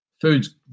food's